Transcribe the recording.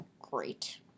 great